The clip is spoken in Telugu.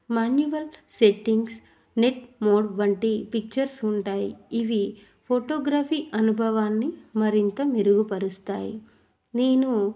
మాన్యువల్ సెట్టింగ్స్ నెట్ మోడ్ వంటి పిక్చర్స్ ఉంటాయి ఇవి ఫోటోగ్రఫీ అనుభవాన్ని మరింత మెరుగుపరుస్తాయి నేను